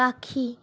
পাখি